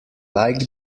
like